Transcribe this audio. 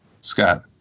Scott